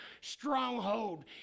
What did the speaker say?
stronghold